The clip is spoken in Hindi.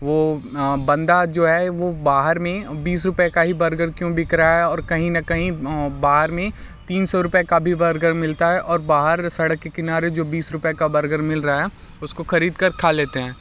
वो बंदा जो है वो बाहर में बीस रूपये का ही बर्गर क्यों बिक रहा है और कहीं ना कहीं बाहर में ही तीन सौ रूपये का भी बर्गर मिलता है और बाहर सड़क के किनारे जो बीस रूपये का बर्गर मिल रहा है उसको ख़रीद कर खा लेते हैं